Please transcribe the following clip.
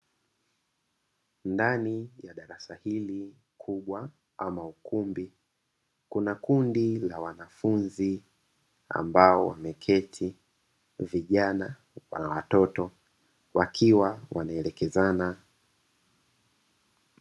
Ndani ya darasa hili kubwa ama ukumbi, kuna kundi la wanafunzi ambao wameketi vijana kwa watoto wakiwa wanaelekezana.